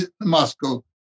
Moscow